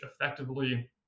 effectively